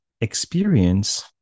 experience